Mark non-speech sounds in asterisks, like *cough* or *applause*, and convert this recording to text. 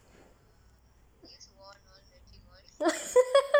*laughs*